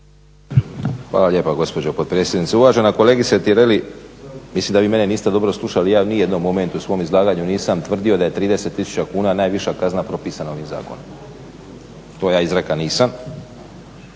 Hvala lijepa gospođo potpredsjednice. Uvažena kolegice Tireli, mislim da vi mene niste dobro slušali. Ja u nijednom momentu u svom izlaganju nisam tvrdio da je 30 tisuća kuna najviša kazna propisana ovim zakonom. To ja izrekao nisam,